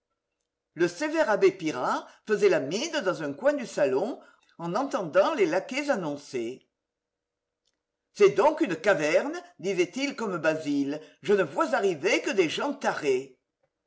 le sévère abbé pirard faisait la mine dans un coin du salon en entendant les laquais annoncer c'est donc une caverne disait-il comme basile je ne vois arriver que des gens